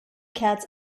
cats